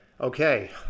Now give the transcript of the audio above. Okay